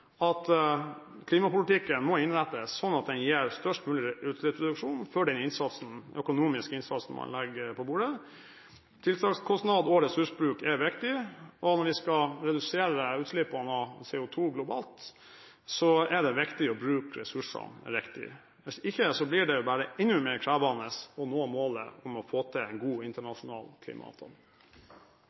at klimapolitikken må innrettes slik at den gir størst mulig utslippsreduksjon i forhold til den økonomiske innsatsen man legger på bordet. Tiltakskostnader og ressursbruk er viktig, og når vi skal redusere utslippene av CO2 globalt, er det viktig å bruke ressursene riktig. Hvis ikke blir det bare enda mer krevende å nå målet om å få til en god internasjonal klimaavtale.